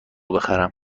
بخرم